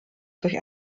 durch